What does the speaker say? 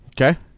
Okay